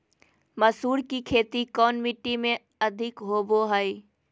मसूर की खेती कौन मिट्टी में अधीक होबो हाय?